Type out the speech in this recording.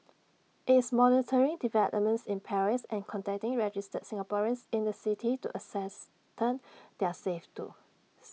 IT is monitoring developments in Paris and contacting registered Singaporeans in the city to ascertain their safe to